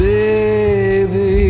Baby